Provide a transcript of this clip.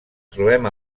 trobem